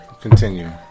Continue